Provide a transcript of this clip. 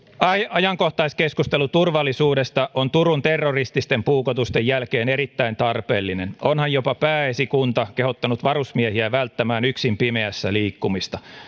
ajankohtaiskeskustelu turvallisuudesta on turun terrorististen puukotusten jälkeen erittäin tarpeellinen onhan jopa pääesikunta kehottanut varusmiehiä välttämään yksin pimeässä liikkumista